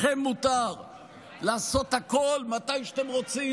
לכם מותר לעשות הכול מתי שאתם רוצים